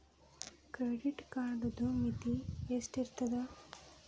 Credit ಕಾರ್ಡದು ಮಿತಿ ಎಷ್ಟ ಇರ್ತದ?